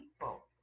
people